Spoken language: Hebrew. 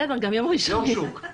יום שוק.